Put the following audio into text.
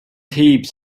heaps